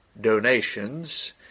donations